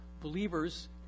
believers